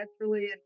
naturally